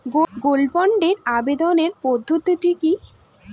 Gold বন্ডে আবেদনের পদ্ধতিটি কি?